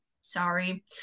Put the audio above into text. sorry